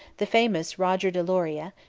the famous roger de loria,